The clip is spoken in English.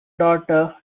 daughter